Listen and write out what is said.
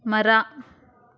ಮರ